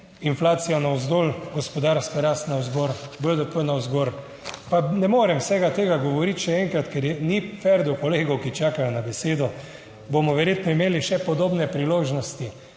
inflacija navzdol, gospodarska rast navzgor, BDP navzgor. Pa ne morem vsega tega govoriti še enkrat, ker ni fer do kolegov, ki čakajo na besedo, bomo verjetno imeli še podobne priložnosti,